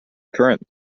current